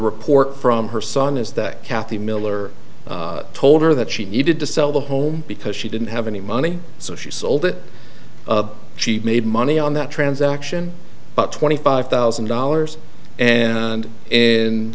report from her son is that kathy miller told her that she needed to sell the home because she didn't have any money so she sold it she made money on that transaction but twenty five thousand dollars and i